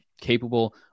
capable